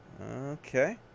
Okay